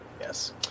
Yes